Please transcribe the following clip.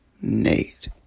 Nate